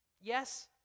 Yes